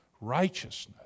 righteousness